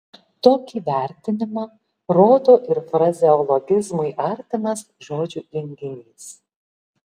tokį vertinimą rodo ir frazeologizmui artimas žodžių junginys